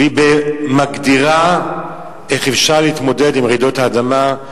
והיא מגדירה איך אפשר להתמודד עם רעידות האדמה.